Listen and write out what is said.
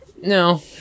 No